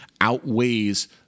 outweighs